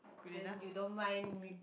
then you don't mind me